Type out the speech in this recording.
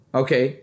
okay